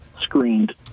screened